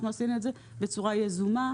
אנחנו עשינו את זה בצורה יזומה,